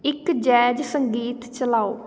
ਇੱਕ ਜੈਜ਼ ਸੰਗੀਤ ਚਲਾਓ